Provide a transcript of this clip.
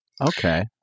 Okay